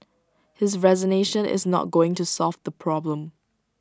his resignation is not going to solve the problem